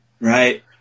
Right